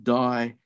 die